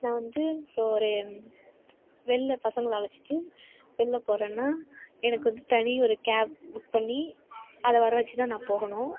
நான் வந்து இப்போது ஒரு வெளில பசங்களை அழைச்சிட்டு வெளில போகிறனா எனக்கு வந்து தனி ஒரு கேப் புக் பண்ணி அதை வர வச்சுதான் நான் போகணும்